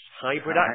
hybrid